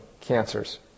cancers